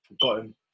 forgotten